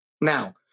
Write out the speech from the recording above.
Now